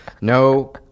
No